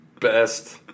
Best